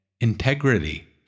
integrity